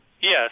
Yes